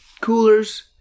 coolers